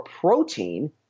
protein